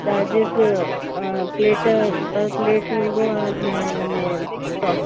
charges plate पर plate हूंदो जीअं हिन में त